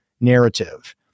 narrative